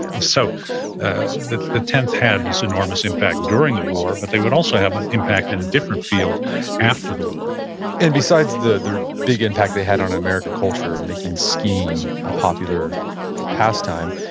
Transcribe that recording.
and so the the tenth had this enormous impact during the war, but they would also have an impact in a different field after the war and besides the the big impact they had on american culture, making skiing a popular pastime,